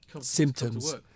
symptoms